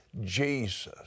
Jesus